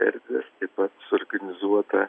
erdvės taip pat suorganizuota